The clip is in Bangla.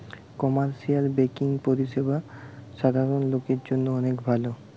কমার্শিয়াল বেংকিং পরিষেবা সাধারণ লোকের জন্য অনেক ভালো